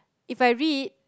If I read